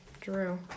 Drew